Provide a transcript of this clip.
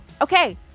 Okay